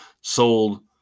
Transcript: sold